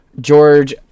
George